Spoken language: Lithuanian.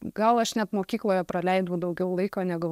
gal aš net mokykloje praleidau daugiau laiko negu